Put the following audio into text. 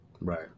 right